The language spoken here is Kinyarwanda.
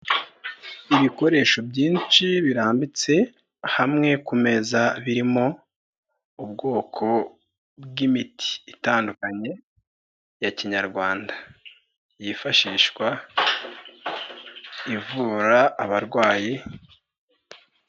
Ibikoresho byinshi birambitse hamwe ku meza, birimo ubwoko bw'imiti itandukanye ya kinyarwanda yifashishwa ivura abarwayi.